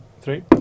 Three